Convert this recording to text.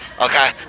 okay